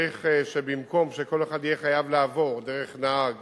במקום שכל אחד יהיה חייב לעבור דרך נהג